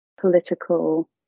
political